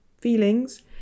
feelings